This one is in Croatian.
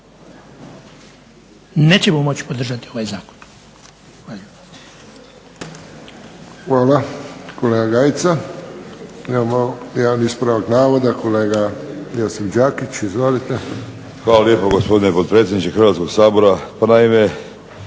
nećemo moći podržati ovaj zakon.